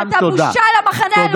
אתה בושה למחנה הלאומי.